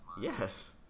Yes